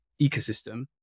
ecosystem